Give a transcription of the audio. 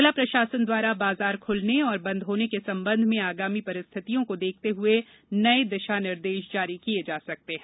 जिला प्रशासन द्वारा बाजार खुलने और बंद होने के संबंध में आगामी परिस्थितियों को देखते हुए नये दिशा निर्देश जारी किये जा सकते हैं